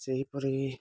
ସେହିପରି